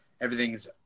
everything's